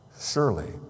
surely